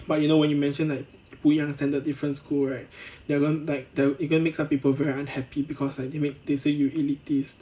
but you know when you mention like 不一样 standard different school right you're going like then you're going to make some people very unhappy because they may say you elitist